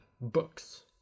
books